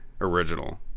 original